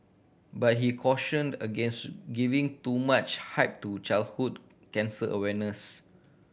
but he cautioned against giving too much hype to childhood cancer awareness